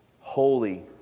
holy